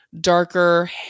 darker